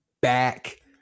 back